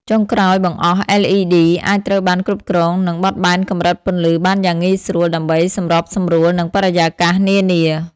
ចុងក្រោយបង្អស់LED អាចត្រូវបានគ្រប់គ្រង និងបត់បែនកម្រិតពន្លឺបានយ៉ាងងាយស្រួល ដើម្បីសម្របសម្រួលនឹងបរិយាកាសនានា។